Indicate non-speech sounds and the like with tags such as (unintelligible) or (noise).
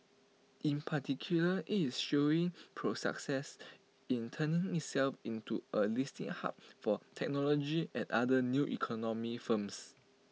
in particular is showing (unintelligible) in turning itself into A listing hub for technology and other 'new economy' firms